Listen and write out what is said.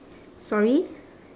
sorry